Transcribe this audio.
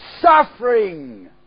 Suffering